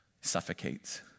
suffocates